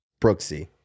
Brooksy